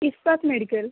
Ispat medical